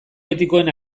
etikoen